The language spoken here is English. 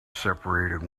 separated